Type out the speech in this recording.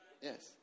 Yes